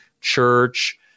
church